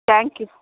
thank you